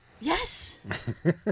Yes